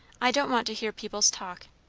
i don't want to hear people's talk.